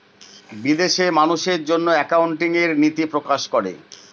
বিদেশে মানুষের জন্য একাউন্টিং এর নীতি প্রকাশ করে